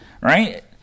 right